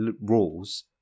rules